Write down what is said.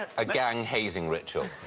ah a gang hazing ritual.